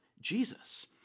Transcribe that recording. Jesus